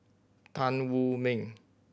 Tan Wu Meng